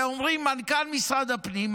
ואומרים: מנכ"ל משרד הפנים,